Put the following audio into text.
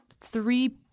three